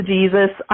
Jesus